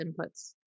inputs